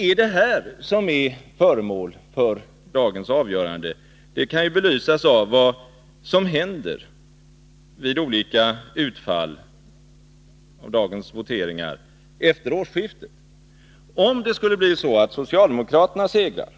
Att det är detta som är föremål för dagens avgörande kan belysas av vad som efter årsskiftet händer vid olika utfall av dagens voteringar. Om det skulle bli så att socialdemokraterna segrar,